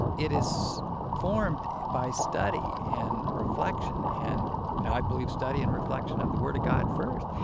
it is formed by study and reflection, and and i believe study and reflection of the word of god first.